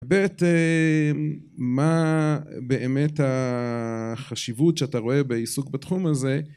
מה באמת החשיבות שאתה רואה בעיסוק בתחום הזה